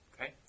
Okay